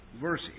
verse